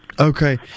Okay